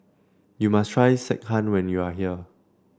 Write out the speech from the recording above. you must try Sekihan when you are here